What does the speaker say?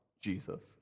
Jesus